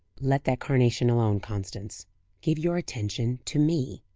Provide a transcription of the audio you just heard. let that carnation alone, constance give your attention to me.